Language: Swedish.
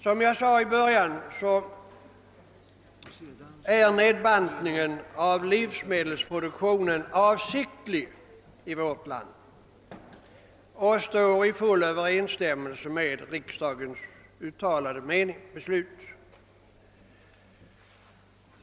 Som jag sade i början av mitt inlägg är nedbantningen av livsmedelsproduktionen avsiktlig i vårt land och står i full överensstämmelse med riksdagens uttalade beslut.